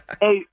Hey